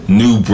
new